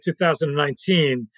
2019